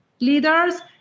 leaders